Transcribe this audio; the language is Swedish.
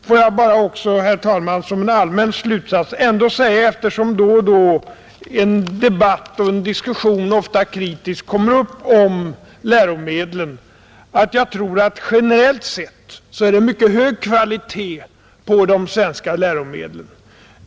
Låt mig också, herr talman, som en allmän slutsats säga — eftersom det då och då uppstår en debatt, ofta kritisk, om läromedlen — att jag tror att det generellt sett är en mycket hög kvalitet på de svenska läromedlen.